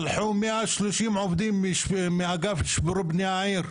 שלחו 130 עובדים מהאגף לשיפור פני העיר.